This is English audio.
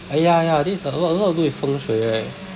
ah ya ya this a a lot a lot to do with fengshui right